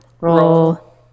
roll